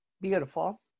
beautiful